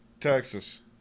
Texas